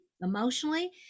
emotionally